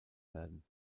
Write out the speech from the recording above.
werden